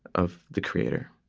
of the creator.